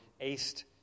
aced